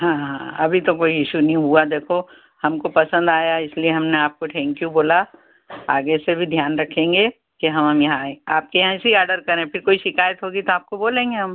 हाँ हाँ हाँ अभी तो कोई ईशू नहीं हुआ देखो हमको पसंद आया इसलिए हमने आपको ठेंक यू बोला आगे से भी ध्यान रखेंगे कि हम यहाँ आएँ आपके यहाँ से ही आर्डर करें फिर कोई शिकायत होगी तो आपको बोलेंगे हम